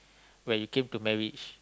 when it came to marriage